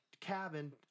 cabin